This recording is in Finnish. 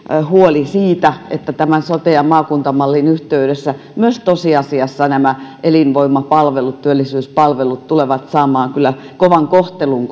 huoli siitä että tämän sote ja maakuntamallin yhteydessä myös tosiasiassa nämä elinvoimapalvelut ja työllisyyspalvelut tulevat saamaan kyllä kovan kohtelun